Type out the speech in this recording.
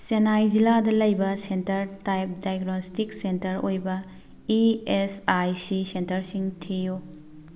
ꯆꯦꯟꯅꯥꯏ ꯖꯤꯂꯥꯗ ꯂꯩꯕ centre type diagnostics centre ꯑꯣꯏꯕ ꯏ ꯑꯦꯁ ꯑꯥꯏ ꯁꯤ ꯁꯦꯟꯇꯔꯁꯤꯡ ꯊꯤꯌꯨ